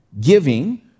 Giving